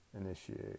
initiate